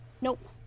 Nope